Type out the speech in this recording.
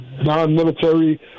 non-military